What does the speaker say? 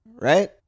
Right